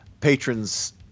patrons